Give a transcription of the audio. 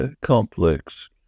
complex